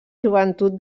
joventut